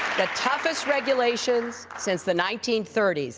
the toughest regulations since the nineteen thirty s.